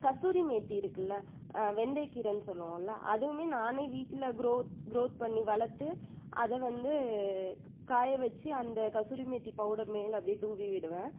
கஸ்தூரி மேத்தி இருக்குல வெந்தய கீரைனு சொல்வோம்ல அதுவும் நானே வீட்டில் க்ரோத் க்ரோத் பண்ணி வளர்த்து அதை வந்து காய வச்சு அந்த கஸூரி மேத்தி பவுடர் மேல் அப்படியே தூவி விடுவேன்